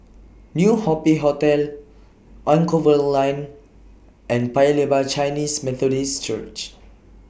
New Happy Hotel Anchorvale Lane and Paya Lebar Chinese Methodist Church